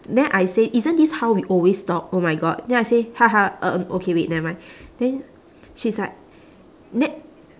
then I say isn't this how we always talk oh my god then I say ha ha um okay wait never mind then she's like then